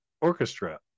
Orchestra